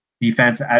defense